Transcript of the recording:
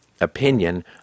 opinion